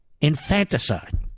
infanticide